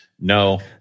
No